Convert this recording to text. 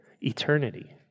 eternity